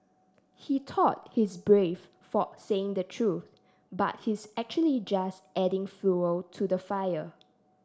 he thought he's brave for saying the truth but he's actually just adding fuel to the fire